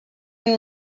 and